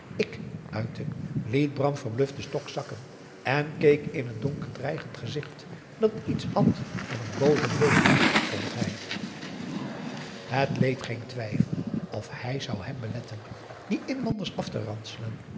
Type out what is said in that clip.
ik uitte liet bram verbluft den stok zakken en keek in het donker dreigend gezicht dat iets had van een boozen bulhond vond hij het leed geen twijfel of hij zou hem beletten die inlanders af te